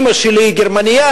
אמא שלי גרמנייה,